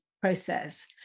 process